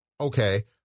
okay